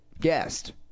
guest